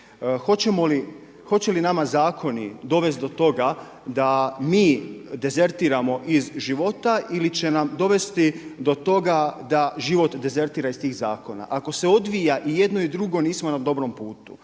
Hoće li nama zakoni dovesti do toga da mi dezertiramo iz života ili će nam dovesti do toga da život dezertira iz tih zakona. Ako se odvija i jedno i drugo nismo na dobrom putu.